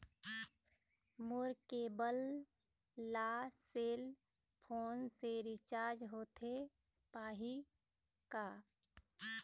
मोर cable ला cell phone से recharge होथे पाही का?